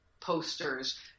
posters